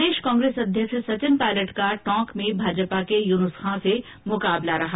प्रदेश कांग्रेस अध्यक्ष सचिन पायलट का टोक में भाजपा के युनुस खान से मुकाबला रहा